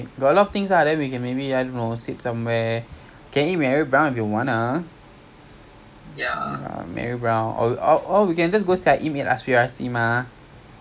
pukul lima on saturday also five but we have a tour so I think if I don't know must follow the tour or own time own target so